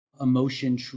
emotion